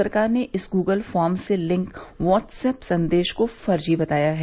सरकार ने इस गूगल फॉर्म से लिंक व्हाट्स एप संदेश को फर्जी बताया है